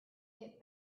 get